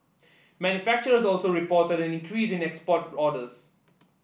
manufacturers also reported an increase in export orders